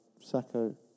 Sacco